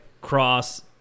cross